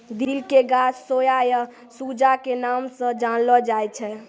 दिल के गाछ सोया या सूजा के नाम स जानलो जाय छै